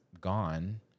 gone